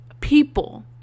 people